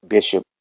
Bishop